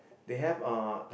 they have uh like